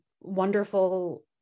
wonderful